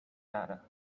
matter